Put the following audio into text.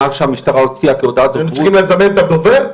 מה שהמשטרה הוציאה כהודעת דוברות --- הם צריכים לזמן את הדובר?